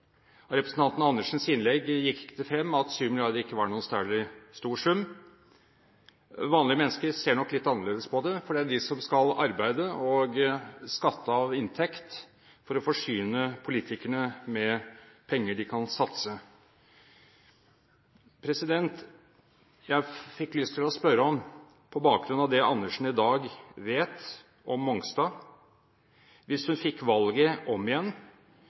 Av representanten Karin Andersens innlegg gikk det frem at 7 mrd. kr ikke var noen særlig stor sum. Vanlige mennesker ser nok litt annerledes på det, for det er de som skal arbeide og skatte av inntekt for å forsyne politikerne med penger de kan satse. På bakgrunn av det Andersen i dag vet om Mongstad, fikk jeg lyst til å spørre: Hvis hun fikk valget om igjen,